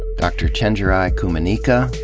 dr. chenjerai kumanyika,